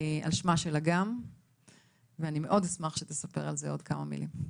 על שמה של אגם ואני מאוד אשמח שאתה תספר על זה עוד כמה מילים.